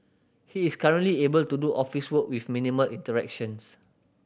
he is currently able to do office work with minimal interactions